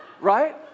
right